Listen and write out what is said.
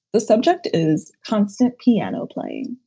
the subject is constant piano playing.